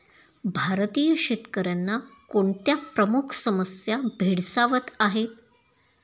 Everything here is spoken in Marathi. भारतीय शेतकऱ्यांना कोणत्या प्रमुख समस्या भेडसावत आहेत?